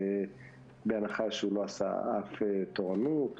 בהנחה שהוא לא עשה שום תורנות,